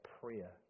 prayer